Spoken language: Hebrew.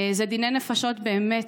אלה דיני נפשות באמת.